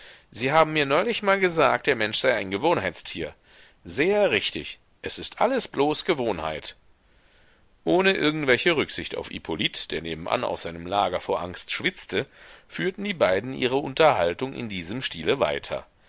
sie haben mir neulich mal gesagt der mensch sei ein gewohnheitstier sehr richtig es ist alles bloß gewohnheit ohne irgendwelche rücksicht auf hippolyt der nebenan auf seinem lager vor angst schwitzte führten die beiden ihre unterhaltung in diesem stile weiter